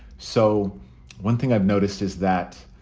so one thing i've noticed is that